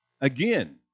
again